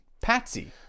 Patsy